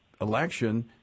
election